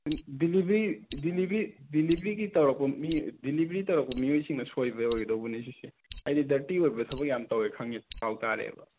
delivery delivery ꯗꯦꯂꯤꯕꯔꯤꯒꯤ ꯇꯧꯔꯛꯄ ꯃꯤ ꯗꯦꯂꯤꯕꯔꯤ ꯇꯧꯔꯛꯄ ꯃꯤꯑꯣꯏꯁꯤꯡꯅ ꯁꯣꯏꯕ ꯑꯣꯏꯒꯗꯧꯕꯅꯤ ꯁꯤꯁꯦ ꯍꯥꯏꯗꯤ ꯗꯔꯇꯤ ꯑꯣꯏꯕ ꯊꯕꯛ ꯌꯥꯝ ꯇꯧꯋꯦ ꯈꯪꯉꯦ ꯄꯥꯎ ꯇꯥꯔꯦꯕ